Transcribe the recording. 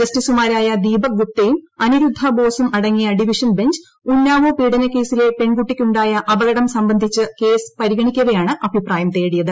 ജസ്റ്റിസുമാരായ ദീപക് ഗുപ്തയും അനിരുദ്ധ ബോസും അടങ്ങിയ ഡിവിഷൻ ബെഞ്ച് ഉന്നാവോ പീഢനക്കേസിലെ പെൺകുട്ടിക്കു ായ അപകടം സംബന്ധിച്ച കേസ് പരിഗണിക്കവേയാണ് അഭിപ്രായം തേടിയത്